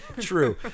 True